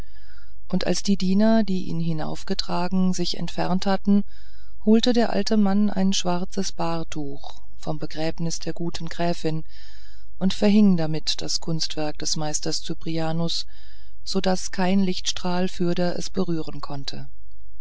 und als die diener die ihn hinaufgetragen sich entfernt hatten holte der alte mann ein schwarzes bahrtuch vom begräbnis der guten gräfin und verhing damit das kunstwerk des meisters cyprianus so daß kein lichtstrahl fürder es berühren konnte